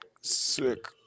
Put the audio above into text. Sick